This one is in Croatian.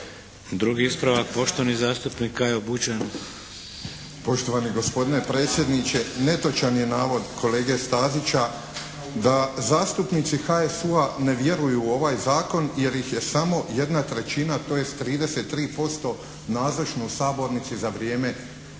ispravak Kajo Bućan. **Bućan, Kajo (HDZ)** Poštovani gospodine predsjedniče netočan je navod kolege Stazića da zastupnici HSU-a ne vjeruju u ovaj zakon jer ih je samo jedna trećina tj. 33% nazočno u sabornici za vrijeme